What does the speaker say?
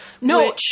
No